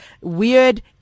weird